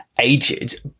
aged